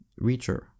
Reacher